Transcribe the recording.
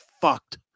fucked